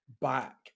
back